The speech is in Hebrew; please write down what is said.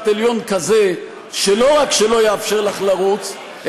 עליון כזה שלא רק שלא יאפשר לך לרוץ,